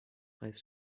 heißt